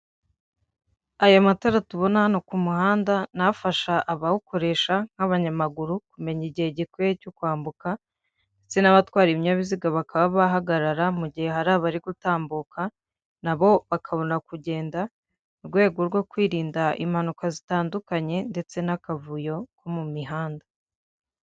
Ayo matara tubona hano ku muhanda ni afasha abawukoresha nk'abanyamaguru kumenya igihe gikwiye cyo kwambuka, ndetse n'abatwara ibinyabiziga bakaba bahagarara mu gihe hari abari gutambuka, na bo bakabona kugenda mu rwego rwo kwirinda impanuka zitandukanye ndetse n'akavuyo ko mu mihanda.